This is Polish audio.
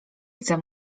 chcę